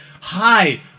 hi